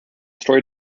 story